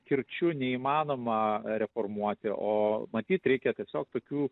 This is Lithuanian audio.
kirčiu neįmanoma reformuoti o matyt reikia tiesiog tokių